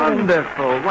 Wonderful